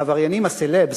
העבריינים הסלבס,